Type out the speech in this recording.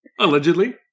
Allegedly